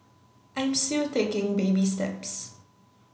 I'm still taking baby steps